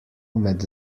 med